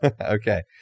Okay